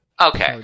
Okay